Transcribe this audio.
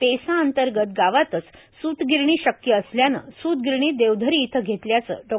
PESA अंतर्गत गावातच सूतगिरणी शक्य असल्याने सूतगिरणी देवधर इथं घेतल्याचे डॉ